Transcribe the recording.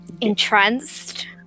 entranced